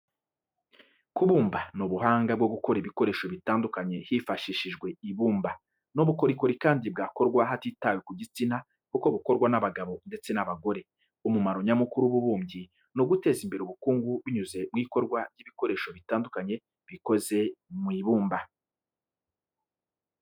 Kubumba ni ubuhanga bwo gukora ibikoresho bitandukanye hifashishijwe ibumba. Ni ubukorikori kandi bwakorwa hatitawe ku gitsina kuko bukorwa n'abagabo ndetse n'abagore. Umumaro nyamukuru w'ububumbyi ni uguteza imbere ubukungu binyuze mu ikorwa ry'ibikoresho bitandukanye bikoze mu ibumba.